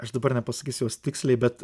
aš dabar nepasakysiu jos tiksliai bet